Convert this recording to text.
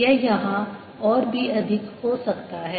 यह यहाँ और भी अधिक हो सकता है